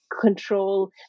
control